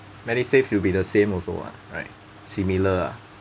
medisave will be the same also [what] right similar ah